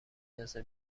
ندازه